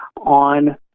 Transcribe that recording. on